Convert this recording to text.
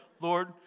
Lord